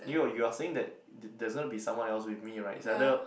[eww] you're saying that th~ there's going to be someone else with me right it's either